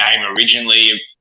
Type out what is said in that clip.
originally